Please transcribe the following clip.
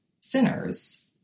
sinners